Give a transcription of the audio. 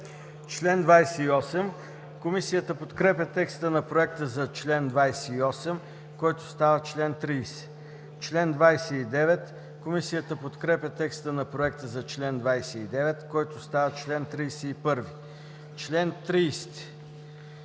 чл. 30. Комисията подкрепя текста на проекта за чл. 29, който става чл. 31. Комисията подкрепя текста на проекта за чл. 30, който става чл. 32. По чл.